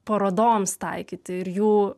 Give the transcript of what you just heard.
parodoms taikyti ir jų